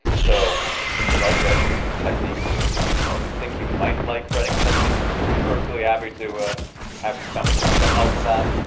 so if you like writing techniques or you think you might like writing techniques, we'd be perfectly happy to have you come come help with that.